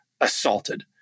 assaulted